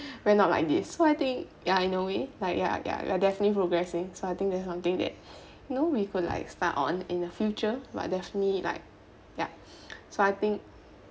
we are not like this so I think ya in a way like ya ya we are definitely progressing so I think there are something that you know we could like start on in the future but definitely like ya so I think